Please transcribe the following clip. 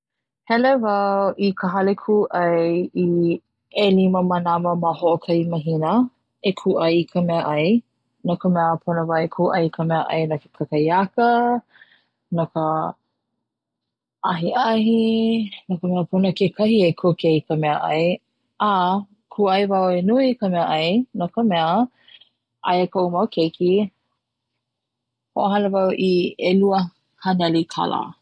Hele wau i ka hale kuʻai i ʻelima manawa ma hoʻokahi mahina e kuʻai i ka meaʻai no ka mea pono wau e kuʻai i ka meaʻai kakahiaka no ka ahiahi no ka mea pono kekahi e kuke i ka meaʻai a kuʻai nui wau i ka meaʻai no ka mea aia koʻu mau keiki, a hoʻohana wau i ʻelua haneli kala.